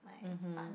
(mm hmm)